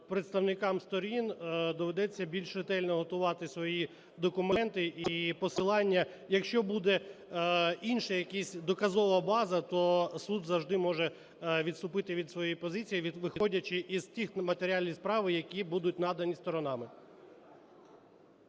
представникам сторін доведеться більш ретельно готувати свої документи і посилання. Якщо буде інша якась доказова база, то суд завжди може відступити від своєї позиції, виходячи із тих матеріалів справи, які будуть надані сторонами.